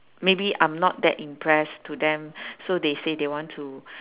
maybe I'm not that impress to them so they say they want to